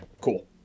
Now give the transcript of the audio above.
cool